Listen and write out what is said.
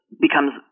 becomes